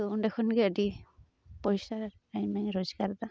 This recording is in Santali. ᱛᱚ ᱚᱸᱰᱮ ᱠᱷᱚᱱ ᱜᱮ ᱟᱹᱰᱤ ᱯᱚᱭᱥᱟ ᱟᱭᱢᱟᱧ ᱨᱳᱡᱽᱜᱟᱨᱫᱟ